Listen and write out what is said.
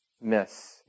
miss